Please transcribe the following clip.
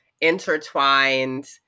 intertwined